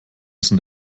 sind